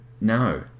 No